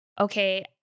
okay